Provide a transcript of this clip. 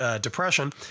depression